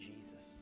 Jesus